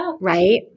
right